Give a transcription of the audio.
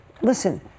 Listen